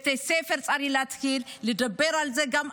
צריך להתחיל לדבר על זה בבתי ספר.